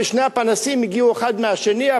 שני הפנסים הגיעו האחד מהשני,